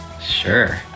Sure